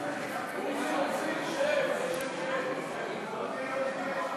מרצ לסעיף 1 לא נתקבלה.